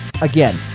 again